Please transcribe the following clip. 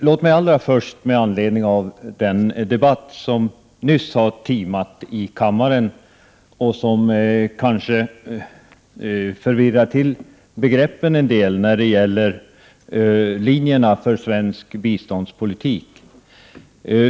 Fru talman! Den debatt som nyss har timat i kammaren kanske förvirrar begreppen en del när det gäller linjerna för svensk biståndspolitik.